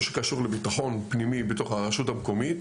שקשור לביטחון פנימי בתוך הרשות המקומית,